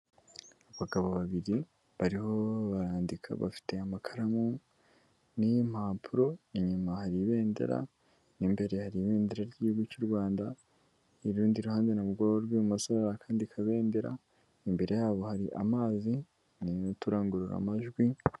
Abagabo babiri bariho barandika, bafite amakaramu n'impapuro, inyuma hari ibendera, n' imbere hari ibendera ry'igihugu cy'u Rwandarundi, ku ruhande rw'ibumoso hari akandi kabendera, imbere yabo hari amazi n'uturangurura amajwi.